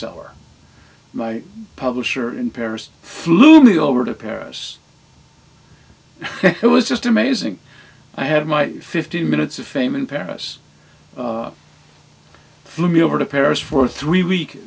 bestseller my publisher in paris flew me over to paris it was just amazing i had my fifteen minutes of fame in paris let me over to paris for a three week